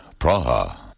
Praha